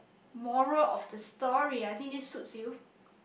moral of the story I think this suits you